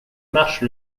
marche